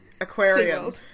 Aquarium